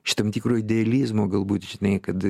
iš tam tikro idealizmo galbūt žinai kad